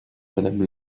madame